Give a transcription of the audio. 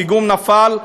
הפיגום נפל,